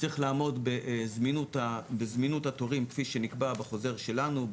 צריך לעמוד בזמינות התורים כפי שנקבע בחוזר שלנו,